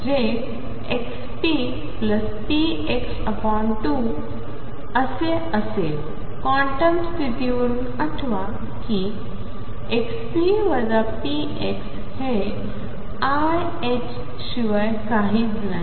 जे ⟨xppx⟩2 plus असे असेल क्वांटम स्थितीवरून आठवा की xp px हे iℏ शिवाय काहीच नाही